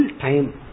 time